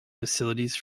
facilities